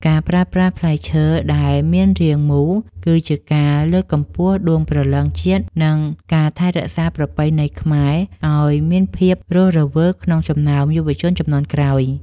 ការប្រើប្រាស់ផ្លែឈើដែលមានរាងមូលគឺជាការលើកកម្ពស់ដួងព្រលឹងជាតិ និង ការថែរក្សាប្រពៃណីខ្មែរឱ្យមានភាពរស់រវើកក្នុងចំណោមយុវជនជំនាន់ក្រោយ។